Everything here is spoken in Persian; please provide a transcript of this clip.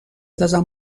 ازم